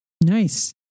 Nice